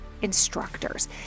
instructors